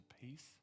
peace